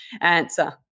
answer